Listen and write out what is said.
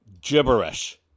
gibberish